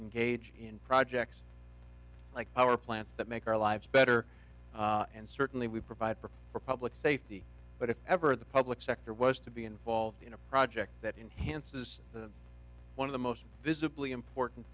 engage in projects like our plants that make our lives better and certainly we provide for public safety but if ever the public sector was to be involved in a project that enhanced the one of the most visibly important